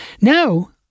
Now